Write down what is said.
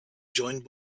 joined